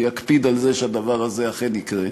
ויקפיד על זה שהדבר הזה אכן יקרה.